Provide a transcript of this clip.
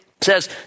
says